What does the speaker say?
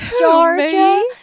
Georgia